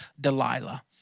Delilah